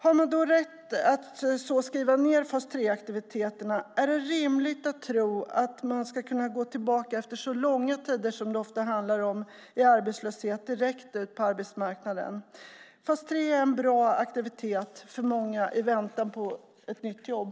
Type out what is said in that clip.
Har man då rätt att skriva ned fas 3-aktiviteterna? Är det rimligt att tro att människor ska kunna gå direkt ut på arbetsmarknaden efter så långa tider i arbetslöshet som det ofta handlar om? Fas 3 är en bra aktivitet för många i väntan på ett nytt jobb.